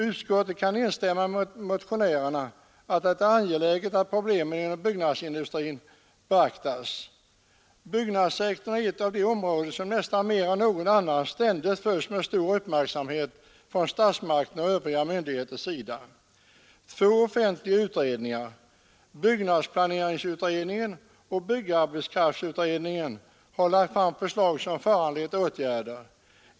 Utskottet kan instämma med motionärerna i att det är angeläget att problemen inom byggnadsindustrin beaktas. Byggnadssektorn är ett av de områden som nästan mer än något annat ständigt följes med stor uppmärksamhet från statsmakternas och övriga myndigheters sida. Två offentliga utredningar, byggplaneringsutredningen och byggarbetskraftsutredningen, har lagt fram förslag som föranlett åtgärder.